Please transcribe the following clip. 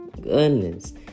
Goodness